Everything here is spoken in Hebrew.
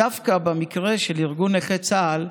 במקרה של ארגון נכי צה"ל,